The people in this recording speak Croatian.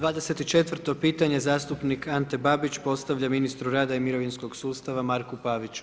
24 pitanje zastupnik Ante Babić postavlja ministru rada i mirovinskog sustava Marku Paviću.